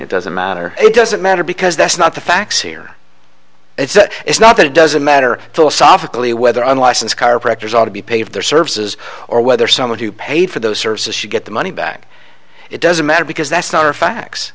it doesn't matter it doesn't matter because that's not the facts here it's that it's not that it doesn't matter philosophically whether unlicensed chiropractors ought to be paid for their services or whether someone who paid for those services should get the money back it doesn't matter because that's not our facts